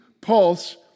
pulse